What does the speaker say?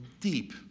deep